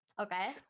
okay